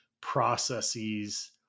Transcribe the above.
processes